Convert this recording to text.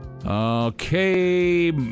Okay